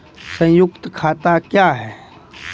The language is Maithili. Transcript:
संयुक्त खाता क्या हैं?